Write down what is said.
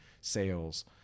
sales